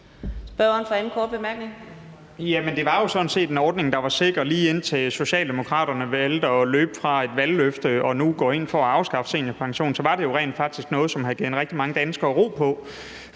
det var jo sådan set en ordning, der var sikker. Lige indtil Socialdemokraterne valgte at løbe fra et valgløfte og nu går ind for at afskaffe seniorpensionen, var det jo rent faktisk noget, som havde givet rigtig mange danskere ro på.